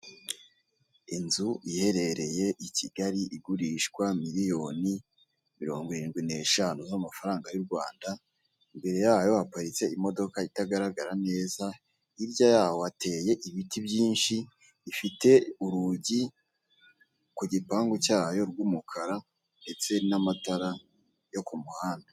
Inzu iherereye i Kigali igurishwa miliyoni mirongo irindwi n'eshanu z'amafaranga y'u Rwanda, imbere yayo haparitse imodoka itagaragara neza, hirya yaho hateye ibiti byinshi, ifite urugi ku gipangu cyayo rw'umukara ndetse n'amatara yo ku muhanda.